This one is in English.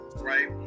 right